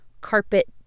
carpet